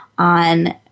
On